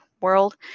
world